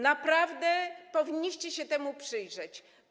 Naprawdę powinniście się temu przyjrzeć.